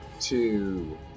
two